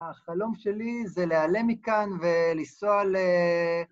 החלום שלי זה להיעלם מכאן ולנסוע ל...